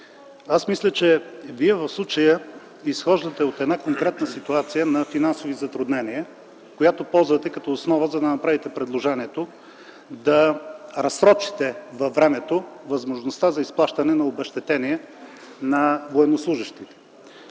мисля, че в случая Вие изхождате от конкретна ситуация на финансови затруднения, която ползвате като основа, за да направите предложението – да разсрочите във времето възможността за изплащане на обезщетения на военнослужещите.